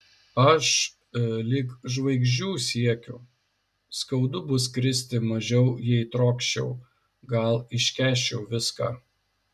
aš lig žvaigždžių siekiu skaudu bus kristi mažiau jei trokščiau gal iškęsčiau viską